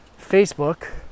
Facebook